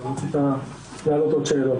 אני לא אעלה עוד שאלות,